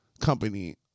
company